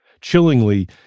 Chillingly